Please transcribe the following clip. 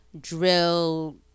drill